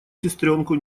сестренку